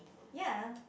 ya